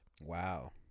wow